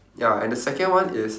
ya and the second one is